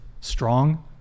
strong